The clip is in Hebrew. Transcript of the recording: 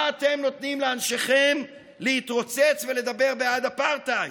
מה אתם נותנים לאנשיכם להתרוצץ ולדבר בעד אפרטהייד,